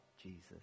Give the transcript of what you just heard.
Jesus